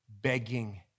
begging